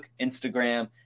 Instagram